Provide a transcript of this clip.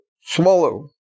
Swallow